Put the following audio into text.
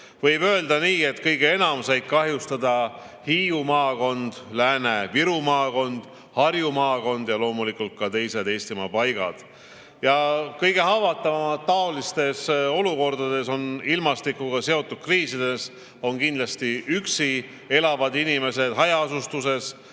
Võib öelda nii, et kõige enam said kahjustada Hiiu maakond, Lääne-Viru maakond, Harju maakond ja loomulikult ka teised Eestimaa paigad. Kõige haavatavamad on taolistes olukordades, ilmastikuga seotud kriisides kindlasti üksi elavad inimesed hajaasustuses,